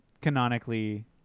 Canonically